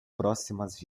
próximas